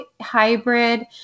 hybrid